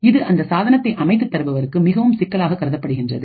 இது அந்த சாதனத்தை அமைத்து தருபவருக்கு மிகவும் சிக்கலாக கருதப்படுகின்றது